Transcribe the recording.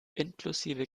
inklusive